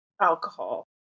alcohol